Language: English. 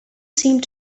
seemed